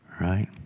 Right